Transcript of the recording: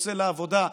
יוצא לעבודה,